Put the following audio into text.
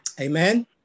Amen